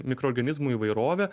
mikroorganizmų įvairovė